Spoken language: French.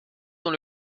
dans